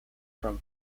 from